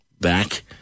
back